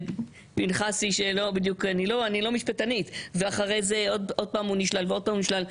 דרעי-פנחסי אני לא משפטנית - ואחרי כן הוא שוב נפסל ושוב נפסל.